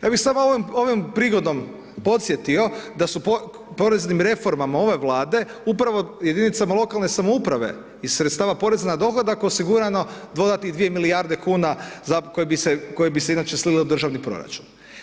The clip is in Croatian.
Ja bih samo ovim, ovom prigodom podsjetio da su poreznim reformama ove Vlade, upravo jedinicama lokalne samouprave iz sredstava poreza na dohodak, osigurano dodatnih 2 milijarde kuna za, koje bi se, koje bi se inače slile u državni proračun.